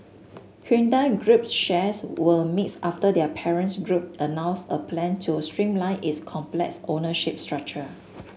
Hyundai Group shares were mixed after their parents group announced a plan to streamline its complex ownership structure